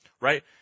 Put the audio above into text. Right